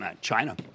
China